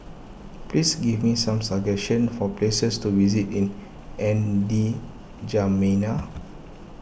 please give me some suggestion for places to visit in N'Djamena